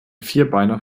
vierbeiner